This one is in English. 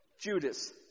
Judas